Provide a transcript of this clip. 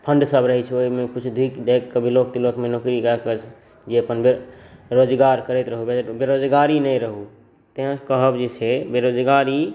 फण्डसब रहै छै ओहिमे किछु देखिदाखि ब्लॉक त्लॉकमे नौकरी कऽ कऽ जे अपन रोजगार करैत रहबै बेरोजगारी नहि रहू तेँ कहब जे छै बेरोजगारी